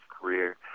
career